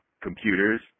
computers